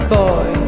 boy